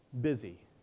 Busy